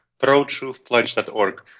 protruthpledge.org